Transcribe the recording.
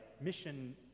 mission